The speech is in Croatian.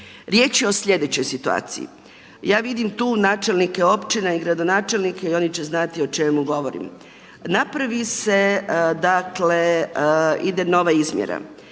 Riječ je o sljedećoj situaciji. Ja vidim tu načelnike općina i gradonačelnike i oni će znati o čemu govorim. Naravi se, dakle ide nova izmjera,